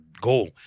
goal